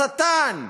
השטן,